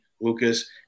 Lucas